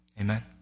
Amen